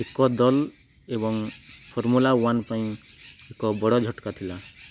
ଏକ ଦଲ୍ ଏବଂ ଫର୍ମୁଲା ୱାନ୍ ପାଇଁ ଏକ ବଡ଼ ଝଟକା ଥିଲା